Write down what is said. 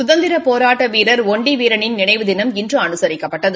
சுதந்திரப் போராட்ட வீரர் ஒண்டிவீரனின் நினைவு தினம் இன்று அனுசிக்கப்பட்டது